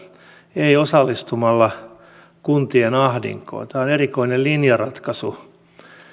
ei osallistumalla kuntien ahdinkoon tämä on erikoinen linjaratkaisu